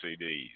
CDs